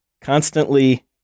constantly